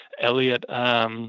Elliot